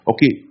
Okay